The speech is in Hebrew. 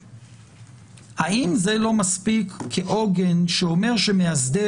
האם זה לא מספיק כעוגן שאומר שמאסדר